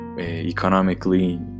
economically